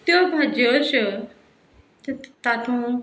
त्यो भाज्यो अश्यो तेत तातूंत